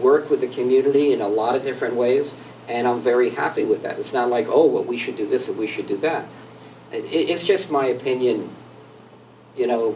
work with the community in a lot of different ways and i'm very happy with that it's not like oh what we should do this we should do that it's just my opinion you know